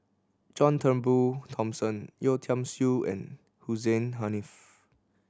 John Turnbull Thomson Yeo Tiam Siew and Hussein Haniff